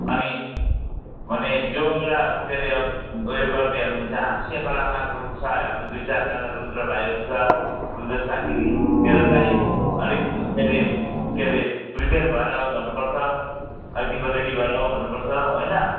अनि माने जाऔँला अब के रे अब ऊ यो गर्नेहरू हुन्छ हाँस्य कलाकारहरू छ हाम्रो दुई चारजना रुद्र भाइहरू छ रुद्र साथीहरू तिनीहरूलाई अलिक के रे ऊ के रे प्रिपेयर भएर आऊ भन्नुपर्छ अलिक तिमीहरू रेडी भएर आऊ भन्नुपर्छ होइन